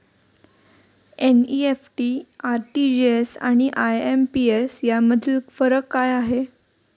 NEFT, RTGS आणि IMPS यामधील फरक काय आहे?